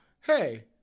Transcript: hey